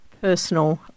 personal